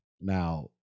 Now